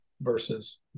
versus